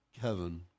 Kevin